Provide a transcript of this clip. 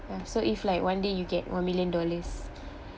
um so if like one day you get one million dollars